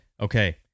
Okay